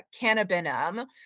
cannabinum*